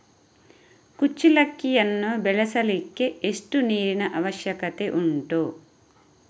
ಕುಚ್ಚಲಕ್ಕಿಯನ್ನು ಬೆಳೆಸಲಿಕ್ಕೆ ಎಷ್ಟು ನೀರಿನ ಅವಶ್ಯಕತೆ ಉಂಟು?